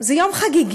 זה יום חגיגי,